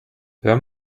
hör